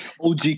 OG